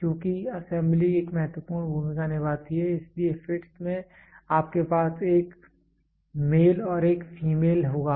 क्योंकि असेंबली एक महत्वपूर्ण भूमिका निभाती है इसलिए फिटस् में आपके पास एक मेल और एक फीमेल होगा